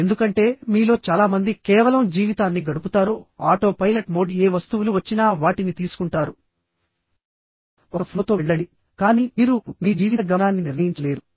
ఎందుకంటే మీలో చాలా మంది కేవలం జీవితాన్ని గడుపుతారు ఆటో పైలట్ మోడ్ ఏ వస్తువులు వచ్చినా వాటిని తీసుకుంటారు ఒక ఫ్లోతో వెళ్లండి కానీ మీరు మీ జీవిత గమనాన్ని నిర్ణయించలేరు